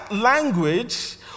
language